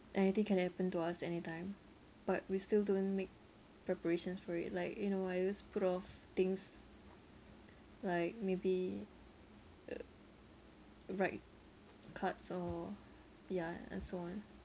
anything can happen to us anytime but we still don't make preparations for it like you know I always put off things like maybe uh write cards or yeah and so on